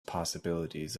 possibilities